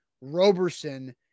Roberson